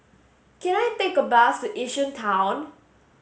can I take a bus to Yishun Town